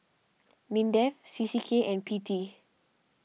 Mindef C C K and P T